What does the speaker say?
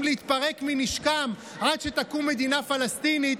להתפרק מנשקם עד שתקום מדינה פלסטינית.